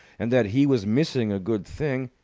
and that he was missing a good thing,